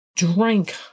Drink